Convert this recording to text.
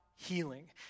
Healing